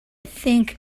think